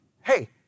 hey